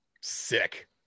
Sick